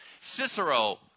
Cicero